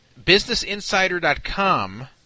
businessinsider.com